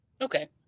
Okay